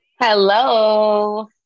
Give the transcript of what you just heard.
Hello